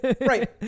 Right